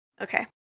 Okay